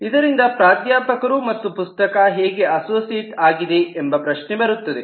ಇದರಿಂದ ಪ್ರಾಧ್ಯಾಪಕರು ಮತ್ತು ಪುಸ್ತಕ ಹೇಗೆ ಅಸೋಸಿಯೇಟ್ ಆಗಿದೆ ಎಂಬ ಪ್ರಶ್ನೆ ಬರುತ್ತದೆ